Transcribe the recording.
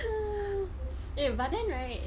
eh but then right